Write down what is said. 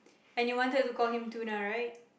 and you wanted to call him Tuna right